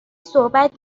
صحبت